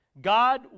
God